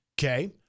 Okay